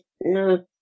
no